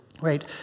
right